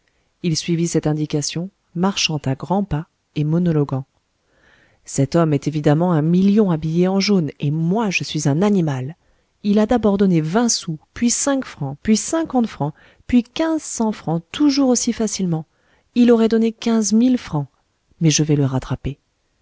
il suivit cette indication marchant à grands pas et monologuant cet homme est évidemment un million habillé en jaune et moi je suis un animal il a d'abord donné vingt sous puis cinq francs puis cinquante francs puis quinze cents francs toujours aussi facilement il aurait donné quinze mille francs mais je vais le rattraper